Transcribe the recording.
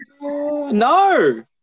No